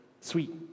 Sweet